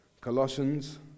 Colossians